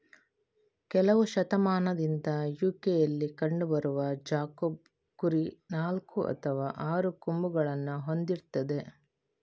ಕೆಲವು ಶತಮಾನದಿಂದ ಯು.ಕೆಯಲ್ಲಿ ಕಂಡು ಬರುವ ಜಾಕೋಬ್ ಕುರಿ ನಾಲ್ಕು ಅಥವಾ ಆರು ಕೊಂಬುಗಳನ್ನ ಹೊಂದಿರ್ತದೆ